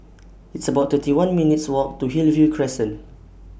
It's about thirty one minutes' Walk to Hillview Crescent